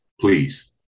please